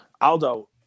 Aldo